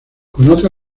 conoce